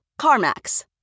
CarMax